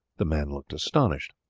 the man looked astonished.